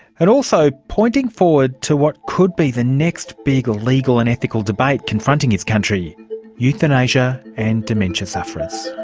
and also pointing forward to what could be the next big legal and ethical debate confronting his country euthanasia and dementia sufferers.